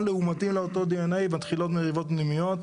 לעומתיים לאותו DNA מתחילות מריבות פנימיות,